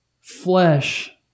flesh